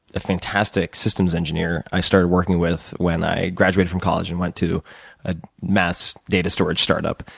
a fantastic systems engineer, i started working with when i graduated from college and went to a mass data storage start up.